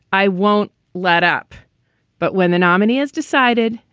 i won't let up but when the nominee is decided,